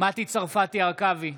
מטי צרפתי הרכבי,